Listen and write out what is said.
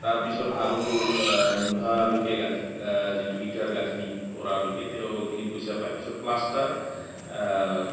তাৰ পিছত আৰু মূধচৰলৈকে গাঁথি যিটো ইটাৰ গাঁথনি কৰালৈকে তেওঁ এইখিনি পইচা পায় পিছত প্লাষ্টাৰ